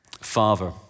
Father